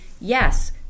yes